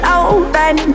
open